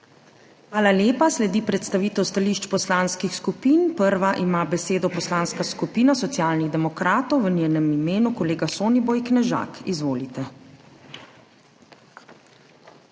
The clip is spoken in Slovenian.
Hvala lepa. Sledi predstavitev stališč poslanskih skupin. Prva ima besedo Poslanska skupina Socialnih demokratov, v njenem imenu kolega Soniboj Knežak. Izvolite.